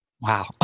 Wow